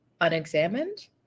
unexamined